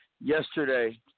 yesterday